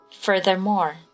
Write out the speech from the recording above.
furthermore